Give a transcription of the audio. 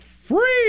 free